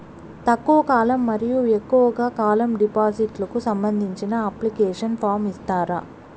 తక్కువ కాలం మరియు ఎక్కువగా కాలం డిపాజిట్లు కు సంబంధించిన అప్లికేషన్ ఫార్మ్ ఇస్తారా?